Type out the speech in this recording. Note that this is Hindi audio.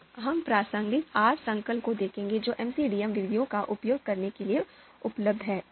अब हम प्रासंगिक R संकुल को देखेंगे जो MCDM विधियों का उपयोग करने के लिए उपलब्ध हैं